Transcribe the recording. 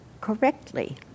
correctly